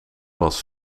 was